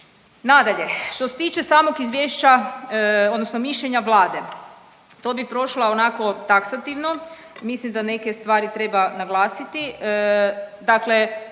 Nadalje, što se tiče samom izvješća odnosno mišljenja Vlade to bi prošla onako taksativno. Mislim da neke stvari treba naglasiti.